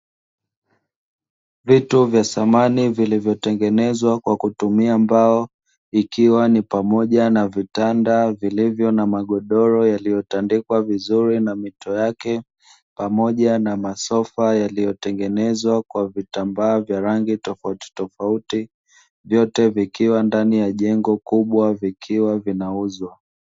Vitu vya samani vilivyotengenezwa kwa kutumia mbao, ikiwa ni pamoja na vitanda vilivyo na magodoro yaliyotandikwa vizuri na mito yake, pamoja na masofa yaliyotengenezwa kwa vitambaa vya rangi tofauti tofauti, vyote vikiwa ndani ya jengo kubwa vikiwa vinauzwa.